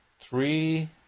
three